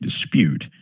dispute